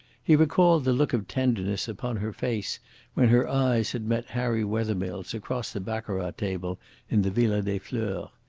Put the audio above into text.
he recalled the look of tenderness upon her face when her eyes had met harry wethermill's across the baccarat-table in the villa des fleurs.